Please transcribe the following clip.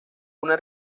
una